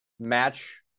match